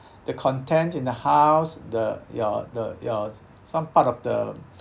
the content in the house the ya the ya some part of the